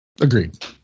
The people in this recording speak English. Agreed